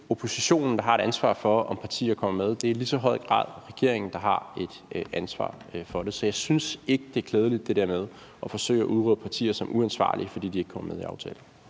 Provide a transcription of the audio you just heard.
oppositionen, der har et ansvar for, om partier kommer med. Det er lige så høj grad regeringen, der har et ansvar for det. Så jeg synes ikke, det er klædeligt at forsøge at udråbe partier som uansvarlige, fordi de ikke kommer med i aftaler.